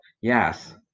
yes